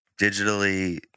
digitally